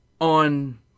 on